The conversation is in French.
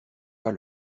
pas